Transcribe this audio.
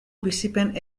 bizipen